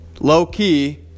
low-key